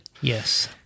yes